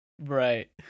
Right